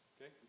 Okay